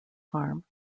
farm